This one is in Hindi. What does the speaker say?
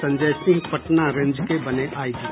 संजय सिंह पटना रेंज के बने आईजी